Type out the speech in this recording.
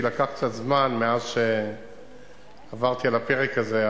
לקח קצת זמן מאז עברתי על הפרק הזה,